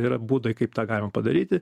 yra būdai kaip tą galima padaryti